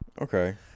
Okay